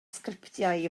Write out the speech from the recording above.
sgriptiau